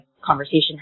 conversation